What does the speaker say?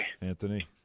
Anthony